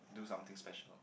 do something special